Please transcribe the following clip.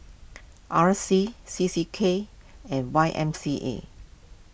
R C C C K and Y M C A